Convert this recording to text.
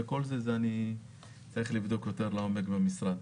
אני צריך לבדוק יותר לעומק במשרד.